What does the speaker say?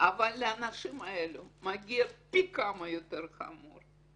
אבל לאנשים האלה מגיע פי כמה יותר חמור.